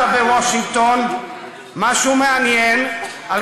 67', מדברים על